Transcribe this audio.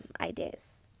ideas